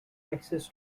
access